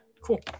Cool